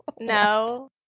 No